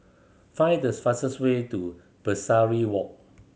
find the fastest way to Pesari Walk